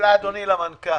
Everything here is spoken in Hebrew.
שאלה למנכ"ל.